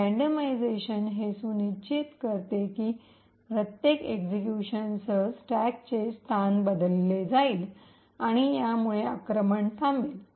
यादृच्छिकरण हे सुनिश्चित करते की प्रत्येक एक्सिक्यूशनसह स्टॅकचे स्थान बदलले जाईल आणि यामुळे आक्रमण थांबेल